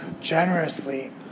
generously